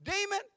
demon